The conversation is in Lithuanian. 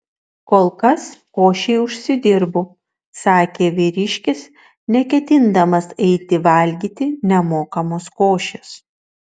kol kas košei užsidirbu sakė vyriškis neketindamas eiti valgyti nemokamos košės